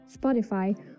Spotify